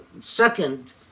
Second